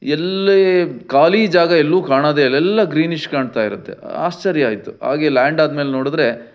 ಎಲ್ಲೇ ಖಾಲಿ ಜಾಗ ಎಲ್ಲೂ ಕಾಣೋದೆಯಿಲ್ಲ ಎಲ್ಲ ಗ್ರೀನಿಷ್ ಕಾಣ್ತಾ ಇರುತ್ತೆ ಆಶ್ಚರ್ಯ ಆಯಿತು ಹಾಗೇ ಲ್ಯಾಂಡ್ ಆದ ಮೇಲೆ ನೋಡಿದ್ರೆ